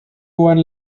one